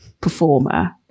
performer